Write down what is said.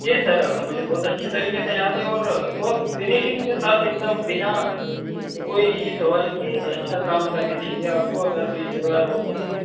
जी sir मुझे बहुत अच्छी तरीक़े से याद है और बहुत फ़िनिशिंग के साथ एकदम बिना कोई सवाल किए अच्छा काम करके देंगे आपको अगर कोई सेवाएँ होती हैं